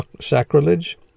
sacrilege